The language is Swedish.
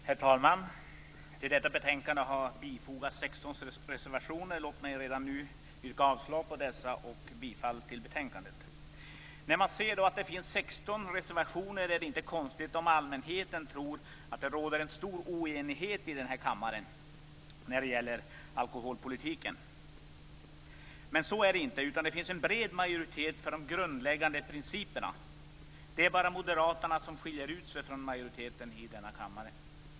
Herr talman! Till detta betänkande har fogats 16 reservationer. Låt mig redan nu yrka avslag på dessa och bifall till betänkandet. När allmänheten ser att det finns 16 reservationer är det inte konstigt om man tror att det råder stor oenighet i den här kammaren när det gäller alkoholpolitiken. Men så är det inte. Det finns en bred majoritet för de grundläggande principerna. Det är bara moderaterna som skiljer ut sig från majoriteten i denna kammare.